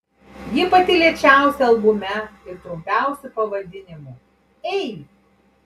ji pati lėčiausia albume ir trumpiausiu pavadinimu ei